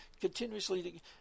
continuously